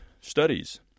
studies